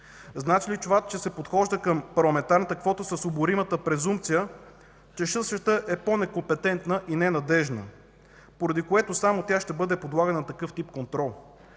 Значи ли това, че се подхожда към парламентарната квота с оборимата презумпция, че същата е по-некомпетентна и ненадеждна, поради което само тя ще бъде подлагана на такъв тип контрол?